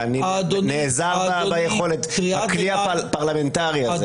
ואני נעזר בכלי הפרלמנטרי הזה.